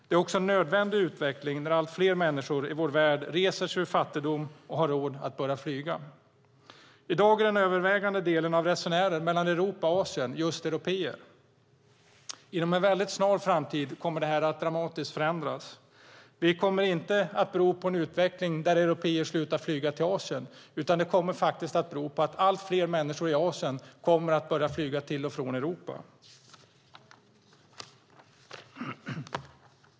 Det är också en nödvändig utveckling när allt fler människor i vår värld reser sig ur fattigdom och har råd att börja flyga. I dag är den övervägande delen av resenärer mellan Europa och Asien just européer. Inom en snar framtid kommer detta att dramatiskt förändras. Det kommer inte att bero på en utveckling där européer slutar flyga till Asien, utan det kommer att bero på att allt fler människor i Asien kommer att börja flyga till och från Europa.